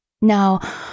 Now